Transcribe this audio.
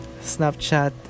Snapchat